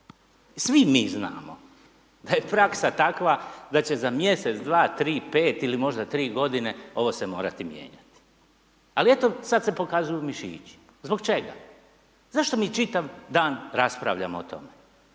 svi mi znamo da je praksa takva da će za mjesec, dva, tri, pet ili možda tri godine ovo se morati mijenjati ali eto sad se pokazuju mišići. Zbog čega? Zašto mi čitav dan raspravljamo o tome.